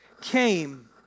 came